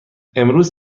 امروز